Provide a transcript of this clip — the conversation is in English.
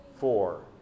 Four